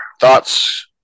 thoughts